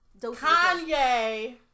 Kanye